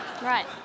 Right